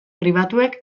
pribatuek